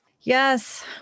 yes